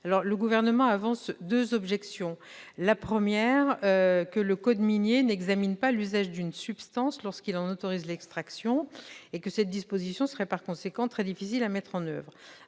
Le Gouvernement avance deux objections. La première est que le code minier n'examine pas l'usage d'une substance lorsqu'il en autorise l'extraction ; cette disposition serait par conséquent très difficile à mettre en oeuvre.